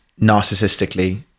narcissistically